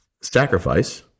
sacrifice